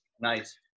Nice